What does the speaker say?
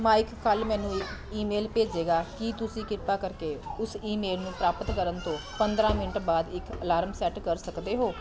mic ਕੱਲ੍ਹ ਮੈਨੂੰ ਇੱਕ ਈਮੇਲ ਭੇਜੇਗਾ ਕੀ ਤੁਸੀਂ ਕਿਰਪਾ ਕਰਕੇ ਉਸ ਈਮੇਲ ਨੂੰ ਪ੍ਰਾਪਤ ਕਰਨ ਤੋਂ ਪੰਦਰਾਂ ਮਿੰਟ ਬਾਅਦ ਇੱਕ ਅਲਾਰਮ ਸੈੱਟ ਕਰ ਸਕਦੇ ਹੋ